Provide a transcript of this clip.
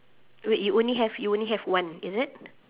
wait you only have you only have one is it